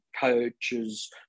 coaches